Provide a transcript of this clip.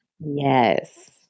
Yes